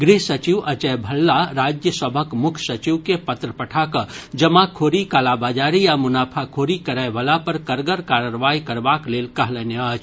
गृह सचिव अजय भल्ला राज्य सभक मुख्य सचिव के पत्र पठा कऽ जमाखोरी कालाबाजारी आ मुनाफाखोरी करय वला पर कड़गर कार्रवाई करबाक लेल कहलनि अछि